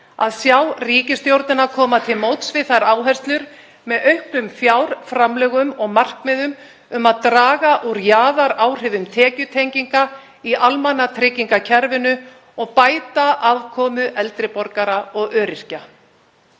að sjá ríkisstjórnina koma til móts við þær áherslur með auknum fjárframlögum og markmiðum um að draga úr jaðaráhrifum tekjutenginga í almannatryggingakerfinu og bæta afkomu eldri borgara og öryrkja.